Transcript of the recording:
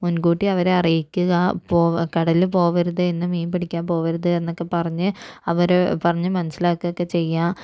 മുന്കൂട്ടി അവരെ അറിയിക്കുക പോവ് കടലില് പോകരുത് ഇന്ന് മീന് പിടിക്കാന് പോകരുത് എന്നൊക്കെ പറഞ്ഞ് അവരെ പറഞ്ഞു മനസിലാക്കുക ഒക്കെ ചെയ്യുക